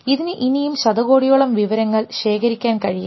ഇതിന് ഇനിയും ശതകോടിയോളം വിവരങ്ങൾ ശേഖരിക്കാൻ കഴിയും